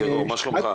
מה שלומך?